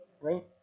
right